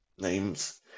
names